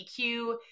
EQ